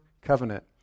covenant